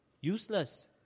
useless